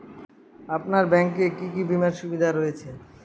আপনার ব্যাংকে কি কি বিমার সুবিধা রয়েছে?